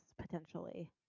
potentially